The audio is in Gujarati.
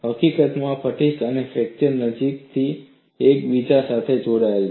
હકીકતમાં ફટીગ અને ફ્રેક્ચર નજીકથી એકબીજા સાથે જોડાયેલા છે